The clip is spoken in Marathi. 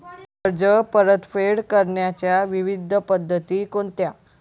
कर्ज परतफेड करण्याच्या विविध पद्धती कोणत्या?